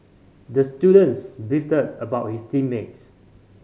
the students beefed about his team mates